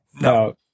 No